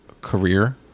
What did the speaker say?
career